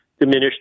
Diminished